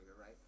right